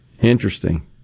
Interesting